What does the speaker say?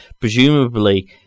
Presumably